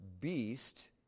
beast